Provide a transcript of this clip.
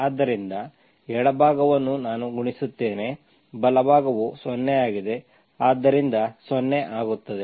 ಆದ್ದರಿಂದ ಎಡಭಾಗವನ್ನು ನಾನು ಗುಣಿಸುತ್ತೇನೆ ಬಲಭಾಗವು 0 ಆಗಿದೆ ಆದ್ದರಿಂದ 0 ಆಗುತ್ತದೆ